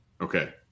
Okay